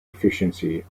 efficiency